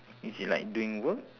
is it like doing work